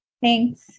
Thanks